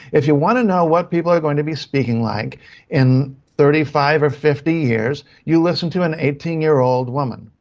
if you want to know what people are going to be speaking like in thirty five or fifty years, you listen to an eighteen year old woman.